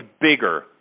bigger